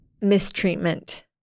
mistreatment